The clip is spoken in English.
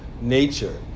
nature